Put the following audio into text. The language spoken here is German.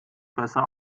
besser